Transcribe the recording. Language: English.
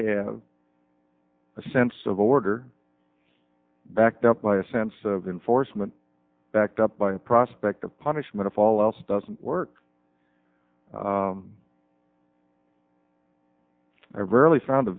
have a sense of order backed up by a sense of enforcement backed up by the prospect of punishment if all else doesn't work ever really found